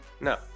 No